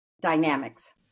dynamics